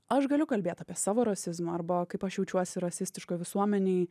aš galiu kalbėt apie savo rasizmą arba kaip aš jaučiuosi rasistiškoj visuomenėj